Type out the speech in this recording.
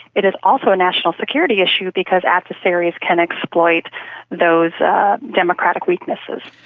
it is also a national security issue because adversaries can exploit those democratic weaknesses.